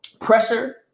pressure